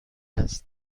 است